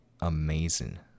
amazing